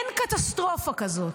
אין קטסטרופה כזאת,